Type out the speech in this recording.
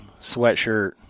sweatshirt